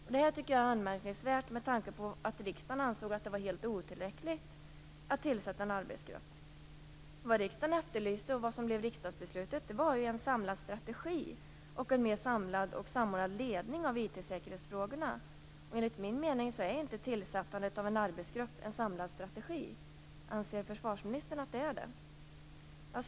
Jag tycker att detta är anmärkningsvärt med tanke på att riksdagen ansåg att det var helt otillräckligt att tillsätta en arbetsgrupp. Vad riksdagen efterlyste i sitt beslut var en samlad strategi och en mer samlad och samordnad ledning av IT-säkerhetsfrågorna. Enligt min mening är tillsättandet av en arbetsgrupp inte en samlad strategi. Anser försvarsministern att så är fallet?